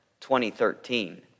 2013